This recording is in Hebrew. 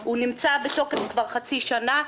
הוא נמצא בתוקף כבר חצי שנה.